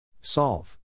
Solve